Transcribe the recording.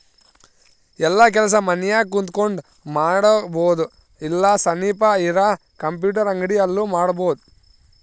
ಯೆಲ್ಲ ಕೆಲಸ ಮನ್ಯಾಗ ಕುಂತಕೊಂಡ್ ಮಾಡಬೊದು ಇಲ್ಲ ಸನಿಪ್ ಇರ ಕಂಪ್ಯೂಟರ್ ಅಂಗಡಿ ಅಲ್ಲು ಮಾಡ್ಬೋದು